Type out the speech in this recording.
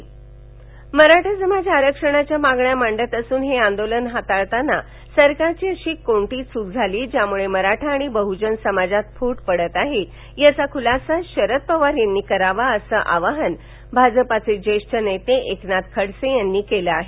वज्से मराठा समाज आरक्षणाच्या मागण्या मांडत असून हे आंदोलन हाताळताना सरकारची अशी कोणती चूक झाली ज्यामुळे मराठा आणि बहुजन समाजात फुट पडत आहे याचा बुलासा शरद पवार यांनी करावा असं आव्हान भाजपचे ज्येष्ठ नेते एकनाथ खडसे यांनी दिलं आहे